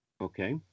Okay